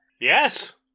Yes